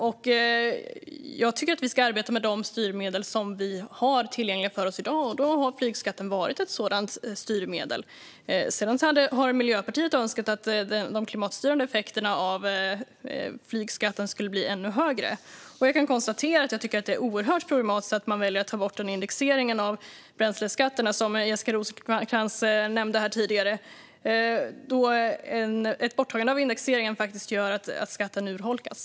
Jag tycker att vi ska arbeta med de styrmedel som vi har tillgängliga i dag. Flygskatten har varit ett sådant styrmedel. Sedan hade Miljöpartiet önskat att de klimatstyrande effekterna av flygskatten hade blivit ännu högre. Jag kan konstatera att det är oerhört problematiskt att man väljer att ta bort den indexering av bränsleskatterna som Jessica Rosencrantz nämnde tidigare, då ett borttagande av indexeringen faktiskt gör att skatten urholkas.